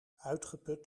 uitgeput